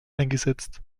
eingesetzt